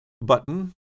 button